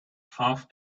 half